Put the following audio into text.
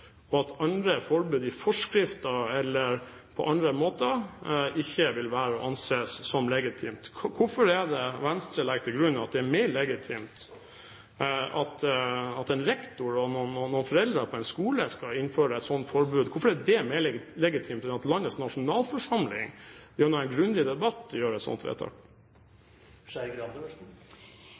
og at andre forbud i forskrifter eller på andre måter ikke vil være å anse som legitimt. Hvorfor legger Venstre til grunn at det er mer legitimt at en rektor og noen foreldre på en skole skal innføre et sånt forbud enn at landets nasjonalforsamling gjennom grundig debatt gjør et sånt vedtak?